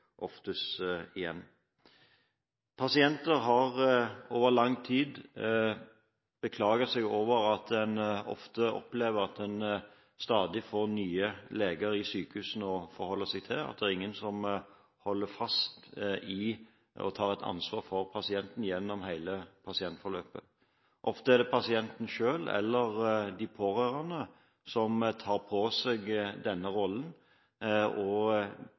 oftest igjen. Pasienter har lenge beklaget seg over at man ofte opplever å få stadig nye leger ved sykehusene å forholde seg til, og at det ikke er noen som tar et ansvar for pasienten gjennom hele pasientforløpet. Ofte er det pasienten selv eller de pårørende som tar på seg denne rollen, og